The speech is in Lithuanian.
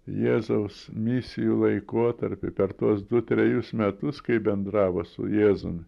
jėzaus misijų laikotarpį per tuos du trejus metus kai bendravo su jėzumi